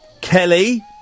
kelly